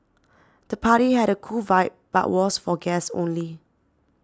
the party had a cool vibe but was for guests only